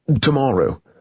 Tomorrow